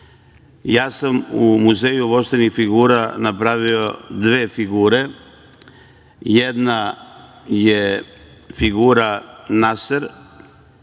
Ja sam u Muzeju voštanih figura napravio dve figure, jedna je figura Nasera,